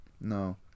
No